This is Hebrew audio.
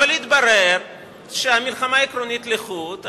אבל התברר שמלחמה עקרונית לחוד,